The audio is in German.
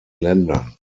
ländern